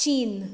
चीन